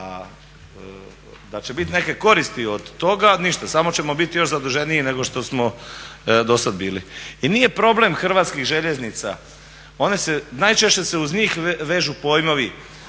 da će biti neke koristi od toga, ništa. Samo ćemo biti još zaduženiji nego što smo dosad bili. I nije problem Hrvatskih željeznica, one se, najčešće se uz njih vežu pojmovi